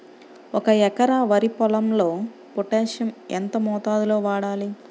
ఒక ఎకరా వరి పొలంలో పోటాషియం ఎంత మోతాదులో వాడాలి?